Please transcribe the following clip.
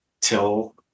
till